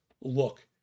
look